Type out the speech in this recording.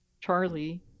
Charlie